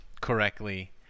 correctly